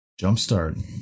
Jumpstart